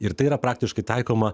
ir tai yra praktiškai taikoma